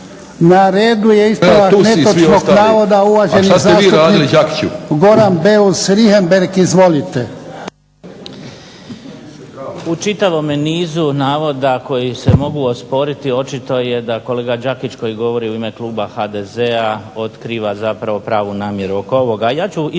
Na redu je ispravak netočnog navoda uvaženi zastupnik Goran Beus Richembergh. Izvolite. **Beus Richembergh, Goran (HNS)** U čitavome nizu navoda koji se mogu osporiti očito je da kolega Đakić koji govori u ime kluba HDZ-a otkriva zapravo pravu namjeru oko ovoga,